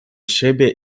siebie